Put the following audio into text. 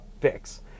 fix